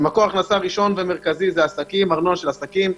הראשון הוא ארנונה של עסקים,